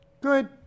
Good